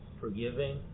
forgiving